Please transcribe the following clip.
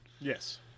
Yes